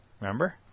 Remember